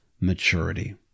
maturity